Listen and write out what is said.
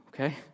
okay